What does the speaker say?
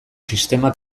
sistema